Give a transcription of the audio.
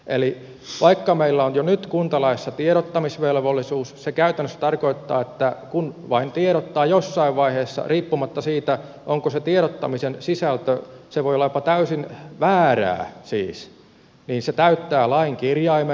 eli vaikka meillä on jo nyt kuntalaissa tiedottamisvelvollisuus se käytännössä tarkoittaa että kun vain tiedottaa jossain vaiheessa riippumatta siitä mikä se tiedottamisen sisältö on se voi olla jopa täysin väärää siis niin se täyttää lain kirjaimen